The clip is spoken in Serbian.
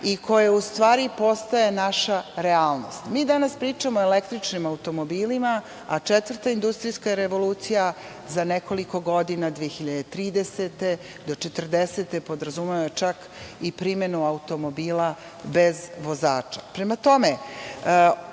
i koja postaje naša realnost. Mi danas pričamo o električnim automobilima, a četvrta industrijska revolucija za nekoliko godina, 2030. do 2040. godine podrazumeva i primenu automobila bez vozača. Prema tome,